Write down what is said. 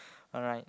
alright